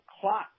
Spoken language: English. clock